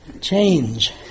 Change